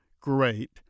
Great